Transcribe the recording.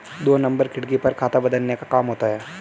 दो नंबर खिड़की पर खाता बदलने का काम होता है